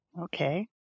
Okay